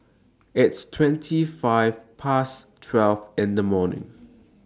its twenty five Past twelve in The afternoon